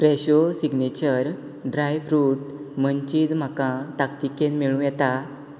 फ्रॅशो signature dry fruit munchies म्हाका ताकतिकेन मेळूं येता